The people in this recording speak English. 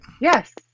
Yes